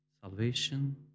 salvation